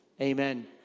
amen